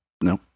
no